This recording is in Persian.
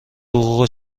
حقوق